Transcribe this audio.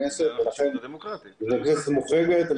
הכנסת ולכן הכנסת מוחרגת.